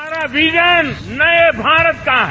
हमारा विजन नए भारत का है